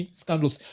scandals